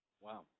Wow